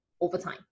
overtime